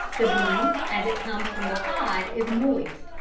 the bean as it comes from the pod is moist,